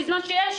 בזמן שיש,